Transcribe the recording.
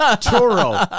Toro